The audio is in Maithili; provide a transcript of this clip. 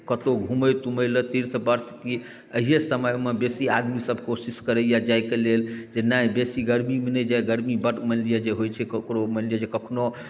कतहु घूमय तूमय लेल तीर्थ वर्त की अहिए समयमे बेसी आदमीसभ कोशिश करैए जायके लेल से नहि बेसी गर्मीमे नहि जाय गर्मी बड्ड मानि लिअ जे होइत छै ककरो मानि लिअ जे कखनो